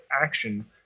action